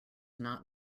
not